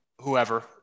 whoever